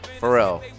Pharrell